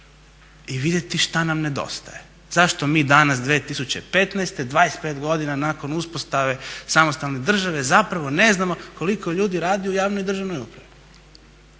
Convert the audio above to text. i vidjeti šta nam nedostaje, zašto mi danas 2015. 25 godina nakon uspostave samostalne države zapravo ne znamo koliko ljudi radi u javnoj državnoj upravi.